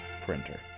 printer